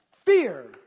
Fear